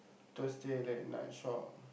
Thursday late night shop